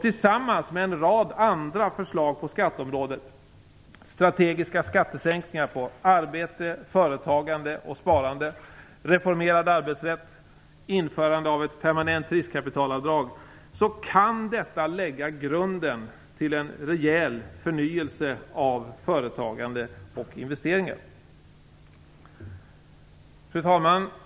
Tillsammans med en rad andra förslag på skatteområdet, strategiska skattesänkningar på arbete, företagande och sparande, reformerad arbetsrätt och införande av ett permanent riskkapitalavdrag kan detta lägga grunden till en rejäl förnyelse av företagande och investeringar. Fru talman!